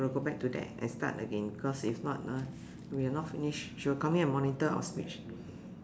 got to go back to there and start again cause if not ah we are not finish she will come in and monitor our speech